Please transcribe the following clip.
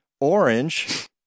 orange